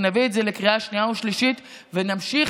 נביא את זה לקריאה שנייה ושלישית ונמשיך